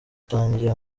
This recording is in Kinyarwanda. itangiye